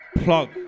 Plug